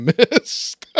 missed